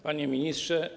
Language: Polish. Panie Ministrze!